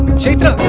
cheated